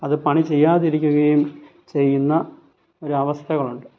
അത് പണി ചെയ്യാതിരിക്കുകയും ചെയ്യുന്ന ഒരവസ്ഥയുണ്ട്